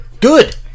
good